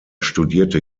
studierte